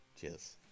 cheers